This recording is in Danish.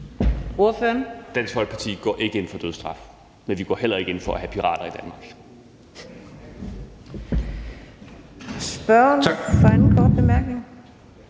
Kofod (DF): Dansk Folkeparti går ikke ind for dødsstraf, men vi går heller ikke ind for at have pirater i Danmark.